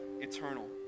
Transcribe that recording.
eternal